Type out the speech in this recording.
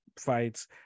fights